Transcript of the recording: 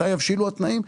מתי יבשילו התנאים?